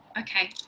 Okay